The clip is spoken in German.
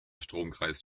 stromkreis